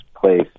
place